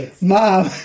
Mom